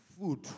food